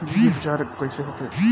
बीज उपचार कइसे होखे?